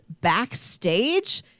backstage